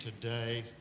today